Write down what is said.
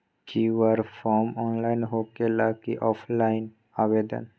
QR form online होकेला कि offline आवेदन?